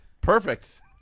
Perfect